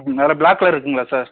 அதில் black colour இருக்குங்களா sir